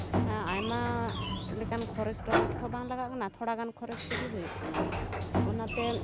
ᱛᱷᱚᱨ ᱟᱭᱢᱟ ᱞᱮᱠᱟᱱ ᱠᱷᱚᱨᱚᱪ ᱴᱚᱨᱚᱪ ᱛᱷᱚᱨ ᱵᱟᱝ ᱞᱟᱜᱟᱜ ᱠᱟᱱᱟ ᱛᱷᱚᱲᱟ ᱜᱟᱱ ᱠᱷᱚᱨᱚᱪ ᱛᱮᱜᱮ ᱦᱩᱭᱩᱜ ᱠᱟᱱᱟ ᱚᱱᱟᱛᱮ